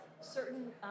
certain –